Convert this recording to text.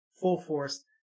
full-force